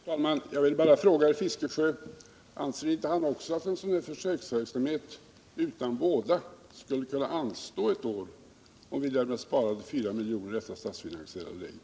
Herr talman! Jag vill bara ställa en fråga: Anser inte herr Fiskesjö också att en sådan här försöksverksamhet uta:1+ våda skulle kunna anstå ett år, om vi därmed sparade fyra miljoner i ett besvärligt statsfinansiellt läge?